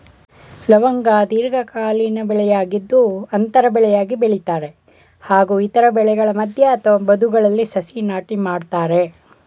ಲವಂಗ ದೀರ್ಘಕಾಲೀನ ಬೆಳೆಯಾಗಿದ್ದು ಅಂತರ ಬೆಳೆಯಾಗಿ ಬೆಳಿತಾರೆ ಹಾಗೂ ಇತರ ಬೆಳೆಗಳ ಮಧ್ಯೆ ಅಥವಾ ಬದುಗಳಲ್ಲಿ ಸಸಿ ನಾಟಿ ಮಾಡ್ತರೆ